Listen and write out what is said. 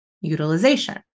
Utilization